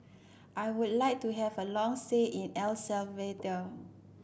I would like to have a long say in El Salvador